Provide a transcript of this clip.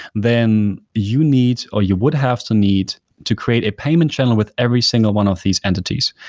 then you needs or you would have to need to create a payment channel with every single one of these entities.